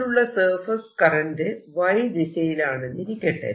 ഇതിലുള്ള surface current Y ദിശയിലാണെന്നിരിക്കട്ടെ